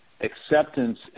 acceptance